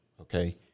Okay